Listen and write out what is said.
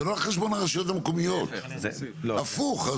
להיפך, זה מוסיף.